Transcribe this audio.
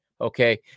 okay